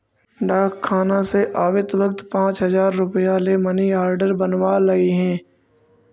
डाकखाना से आवित वक्त पाँच हजार रुपया ले मनी आर्डर बनवा लइहें